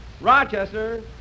Rochester